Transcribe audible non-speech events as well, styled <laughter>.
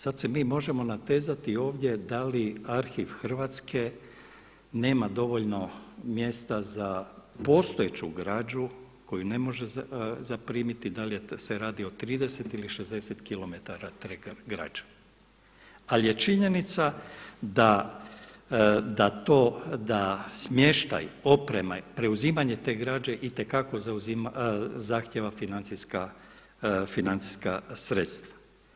Sada se mi možemo natezati ovdje da li Arhiv Hrvatske nema dovoljno mjesta za postojeću građu koju ne može zaprimiti, da li se radi o 30 ili 60km … <unintelligible> ali je činjenica da smještaj, oprema i preuzimanje te građe itekako zahtjeva financijska sredstva.